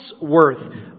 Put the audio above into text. worth